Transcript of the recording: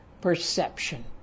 perception